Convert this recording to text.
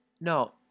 No